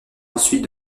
ensuite